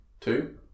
Two